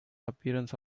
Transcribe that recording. appearance